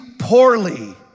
poorly